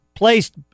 Placed